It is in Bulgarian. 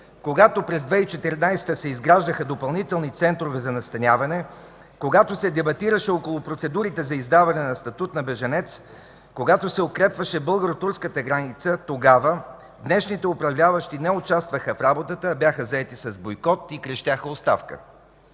когато през 2014 г. се изграждаха допълнителни центрове за настаняване, когато се дебатираше около процедурите за издаване на статут на бежанец, когато се укрепваше българо-турската граница, тогава днешните управляващи не участваха в работата, а бяха заети с бойкот и крещяха: „Оставка!”